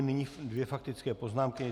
Nyní dvě faktické poznámky.